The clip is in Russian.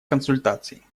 консультаций